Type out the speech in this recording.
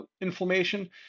inflammation